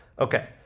Okay